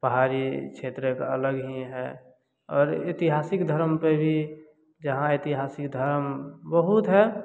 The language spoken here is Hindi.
पहाड़ी क्षेत्र का अलग ही है और ऐतिहासिक धर्म पर भी जहाँ ऐतिहासिक धर्म बहुत है